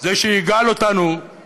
זה שהוא יגאל אותו מנוכחותו,